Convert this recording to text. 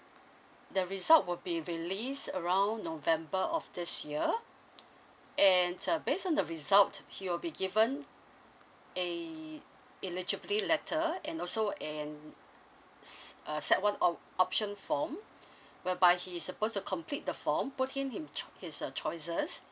the result will be released around november of this year and uh based on the result he will be given el~ eligibility letter and also an s~ uh set one opt~ option form whereby he's supposed to complete the form put in him choi~ his uh choices